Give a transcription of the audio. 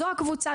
זו הקבוצה,